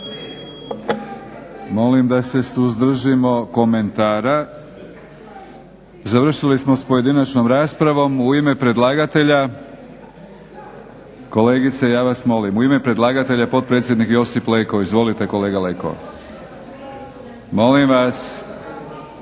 molim da se suzdržimo komentara. Završili smo s pojedinačnom raspravom. U ime predlagatelja, kolegice ja vas molim, u ime predlagatelja potpredsjednik Josip Leko. Izvolite kolega Leko. Molim vas!